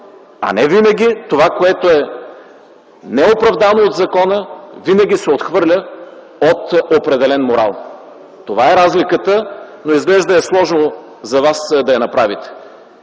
а невинаги това, което е неоправдано от закона, винаги се отхвърля от определен морал. Това е разликата, но изглежда е сложно за Вас да я направите.